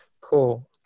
Cool